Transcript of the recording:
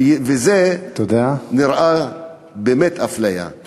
וזה נראה באמת אפליה.